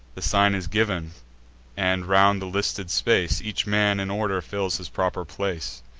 the sign is giv'n and, round the listed space, each man in order fills his proper place.